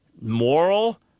moral